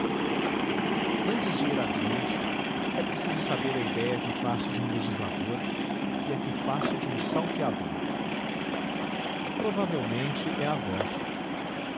antes de ir adiante é preciso saber a idéia que faço de um legislador e a que faço de um salteador provavelmente é a vossa